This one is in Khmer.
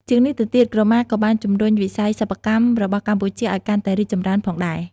ជាងនេះទៅទៀត ក្រមាក៏បាន ជំរុញវិស័យសិប្បកម្ម របស់កម្ពុជាឲ្យកាន់តែរីកចម្រើនផងដែរ។